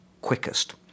quickest